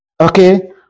okay